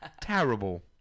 Terrible